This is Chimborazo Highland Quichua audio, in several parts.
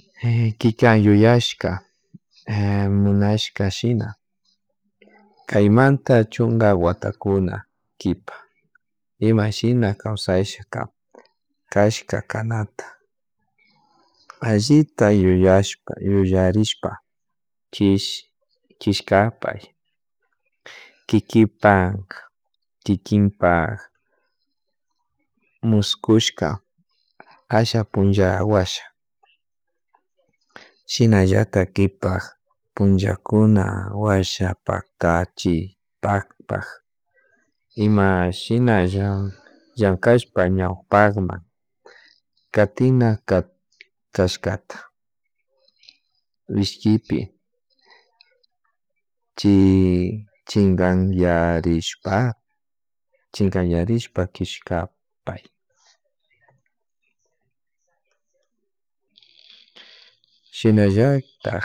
kika yuyashka munashka shina kay manta chunka watakuna kipa ima shina kawsashka kashka kanata ashita yuyashpa yuyarishpa kishkapay kikinpak kikinpak muskushka asha puncha washa shina llatak kipak puchakuna washa paktachi pakpak imashinalla llakashpa ñawpakman katina kashkata mishkipi chikayarishpak kishkapay shinallatak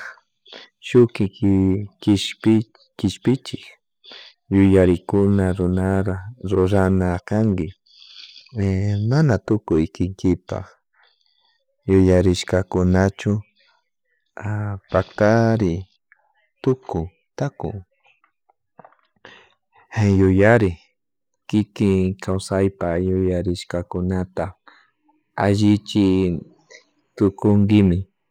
shuk kishpichik yuyarikuna runara rurana kanki mana tukuy kikinpak yuyarishkakunachu paktari tukuy taku yuyari kikin kawaypay yuyarishkakunata allichik tukunkimi